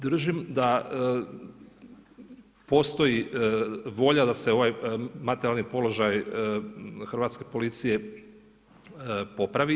Držim da postoji volja da se ovaj materijalni položaj hrvatske policije popravi.